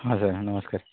ହଁ ସାର୍ ନମସ୍କାର